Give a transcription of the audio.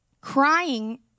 crying